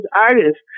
artists